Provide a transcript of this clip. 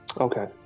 Okay